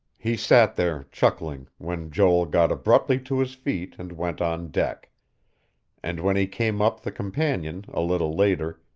he sat there, chuckling, when joel got abruptly to his feet and went on deck and when he came up the companion a little later,